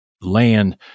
land